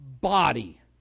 body